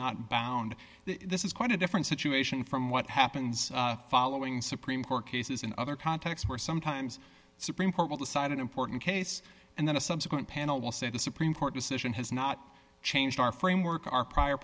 not bound this is quite a different situation from what happens following supreme court cases in other contexts where sometimes supreme court will decide an important case and then a subsequent panel will say the supreme court decision has not changed our framework our prior